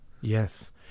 Yes